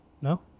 no